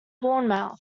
bournemouth